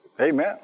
Amen